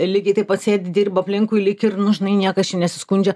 lygiai taip pat sėdi dirba aplinkui lyg ir nu žinai niekas čia nesiskundžia